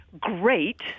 great